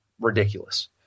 ridiculous